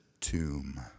tomb